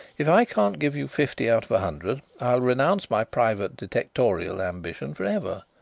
if i can't give you fifty out of a hundred i'll renounce my private detectorial ambition for ever.